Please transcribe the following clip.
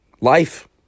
life